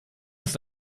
ist